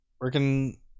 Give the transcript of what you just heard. working